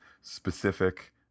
specific